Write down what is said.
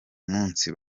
munsi